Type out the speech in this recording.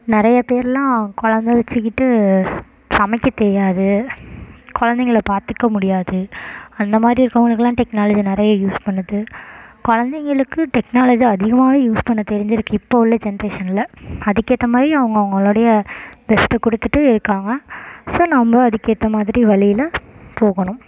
நிறைய பேரெலாம் குழந்த வச்சிக்கிட்டு சமைக்கத் தெரியாது குழந்தங்கள பார்த்துக்க முடியாது அந்த மாதிரி இருக்கிறவங்களுக்குலாம் டெக்னாலஜி நிறைய யூஸ் பண்ணுது குழந்தைங்களுக்கு டெக்னாலஜி அதிகமாகவே யூஸ் பண்ண தெரிஞ்சிருக்குது இப்போ உள்ள ஜென்ரேஷனில் அதுக்கேற்ற மாதிரி அவங்க அவங்களோடைய பெஸ்ட்டை கொடுத்துட்டு இருக்காங்க ஸோ நம்ம அதுக்கு ஏற்ற மாதிரி வழியில போகணும்